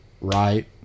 right